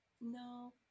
No